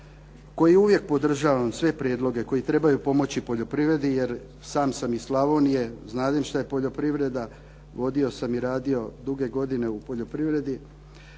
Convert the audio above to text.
koji uvijek podržavam sve prijedloge koji trebaju pomoći poljoprivredi jer sam sam iz Slavonije, znadem što je poljoprivreda, vodio sam i radio duge godine u poljoprivredi,